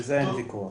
על זה אין ויכוח.